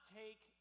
take